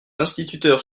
instituteurs